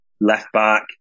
left-back